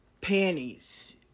panties